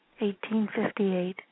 1858